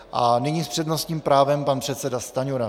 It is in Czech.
A nyní s přednostním právem pan předseda Stanjura.